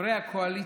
חברי הקואליציה,